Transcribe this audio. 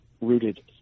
rooted